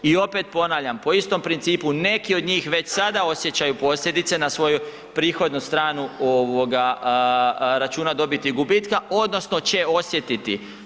I opet ponavljam, po istom principu neki od njih već sada osjećaju posljedice na svoju prihodnu stranu ovoga računa dobiti i gubitka odnosno će osjetiti.